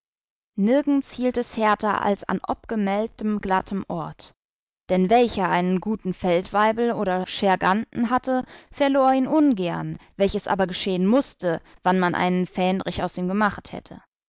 nirgends hielt es härter als an obgemeldtem glatten ort dann welcher einen guten feldwaibel oder scherganten hatte verlor ihn ungern welches aber geschehen mußte wann man einen fähnrich aus ihm gemachet hätte